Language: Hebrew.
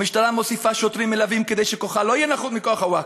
המשטרה מוסיפה שוטרים מלווים כדי שכוחה לא יהיה נחות מכוח הווקף,